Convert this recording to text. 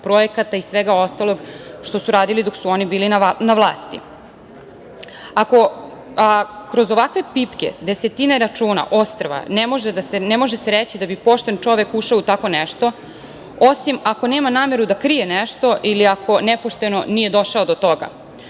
projekata i svega ostalog što su radili dok su oni bili na vlasti. Kroz ovakve pipke desetine računa, ostrva ne može se reći da bi pošte čovek ušao u tako nešto, osim ako nema nameru da krije nešto ili ako nepošteno nije došao do toga.